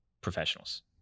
professionals